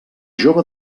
jove